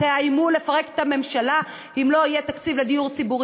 תאיימו לפרק את הממשלה אם לא יהיה תקציב לדיור הציבורי,